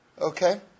Okay